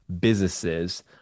businesses